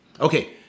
Okay